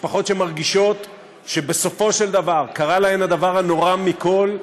משפחות שמרגישות שבסופו של דבר קרה להן הדבר הנורא מכול,